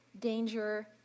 danger